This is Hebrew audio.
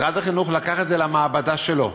אלא משרד החינוך לקח את זה למעבדה שלו,